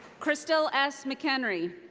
crystal s. mchenry.